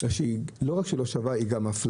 בגלל שלא רק שהיא לא שווה, היא גם מפלה.